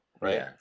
right